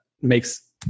makes